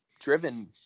driven